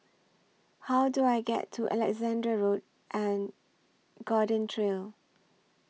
How Do I get to Alexandra Road and Garden Trail